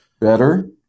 better